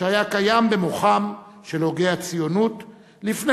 שהיה קיים במוחם של הוגי הציונות לפני